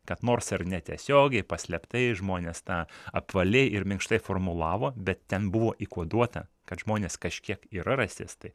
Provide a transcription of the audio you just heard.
kad nors ar netiesiogiai paslėptai žmonės tą apvaliai ir minkštai formulavo bet ten buvo įkoduota kad žmonės kažkiek yra rasistai